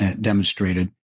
demonstrated